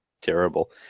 terrible